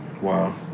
Wow